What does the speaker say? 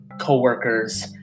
co-workers